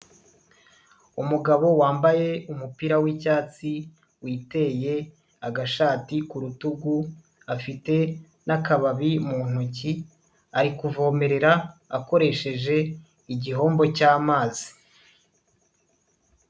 Umugabo wambaye umupira w.icyatsi, witeye agashati ku rutugu, afite n'akababi mu ntoki, ari kuvomerera akoresheje igihombo cy'amazi.